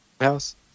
House